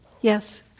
Yes